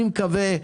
אני מקווה,